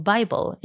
Bible